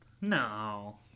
No